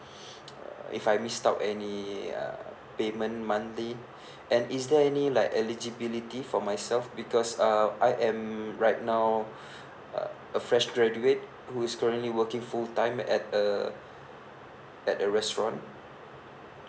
if I missed out any uh payment monthly and is there any like eligibility for myself because uh I am right now uh a fresh graduate who's currently working full time at a at a restaurant